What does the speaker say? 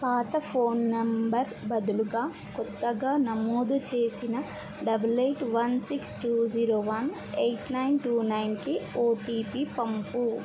పాత phone number బదులుగా కొత్తగా నమోదు చేసిన double eight one six two zero one eight nine two నైన్కి ఓటీపీ పంపు